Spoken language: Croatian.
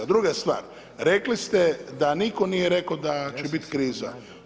Druga stvar, rekli ste da nitko nije rekao da će biti kriza.